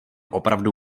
opravdu